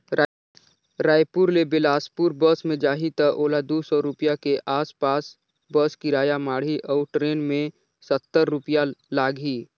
रायपुर ले बेलासपुर बस मे जाही त ओला दू सौ रूपिया के आस पास बस किराया माढ़ही अऊ टरेन मे सत्तर रूपिया लागही